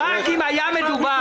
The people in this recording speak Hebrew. צריך להגיע להחלטה וצריך לבצע אותה.